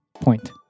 Point